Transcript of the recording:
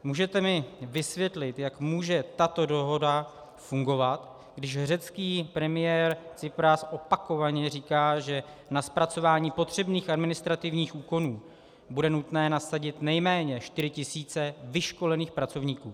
Můžete mi vysvětlit, jak může tato dohoda fungovat, když řecký premiér Tsipras opakovaně říká, že na zpracování potřebných administrativních úkonů bude nutné nasadit nejméně 4 tisíce vyškolených pracovníků?